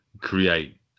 create